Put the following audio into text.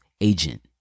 agent